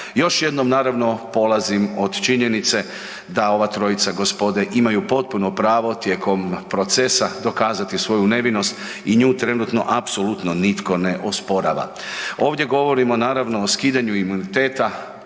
Još jednom naravno polazim od činjenice da ova trojica gospode imaju potpuno pravo tijekom procesa dokazati svoju nevinost i nju trenutno apsolutno nitko ne osporava. Ovdje govorimo naravno o skidanju imuniteta